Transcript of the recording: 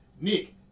Nick